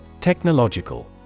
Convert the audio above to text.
Technological